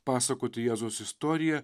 pasakoti jėzaus istoriją